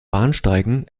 bahnsteigen